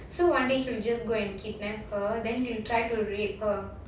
so one day he will just go and kidnap her then he'll try to rape her